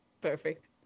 perfect